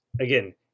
Again